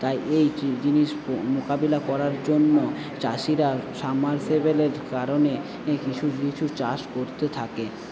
তাই এই জিনিস মোকাবিলা করার জন্য চাষিরা কারণে কিছু কিছু চাষ করতে থাকে